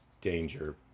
danger